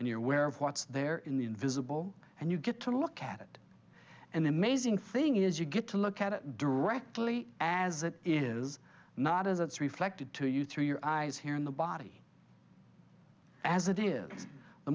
and you're aware of what's there in the invisible and you get to look at an amazing thing is you get to look at it directly as it is not as it's reflected to you through your eyes here in the body as it is the